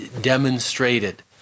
demonstrated